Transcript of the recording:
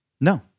No